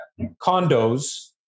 condos